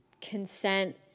consent